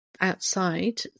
outside